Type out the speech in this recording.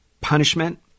punishment